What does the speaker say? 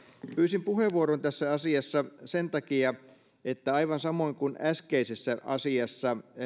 pyysin puheenvuoron tässä asiassa sen takia että aivan samoin kuin äskeisessä asiassa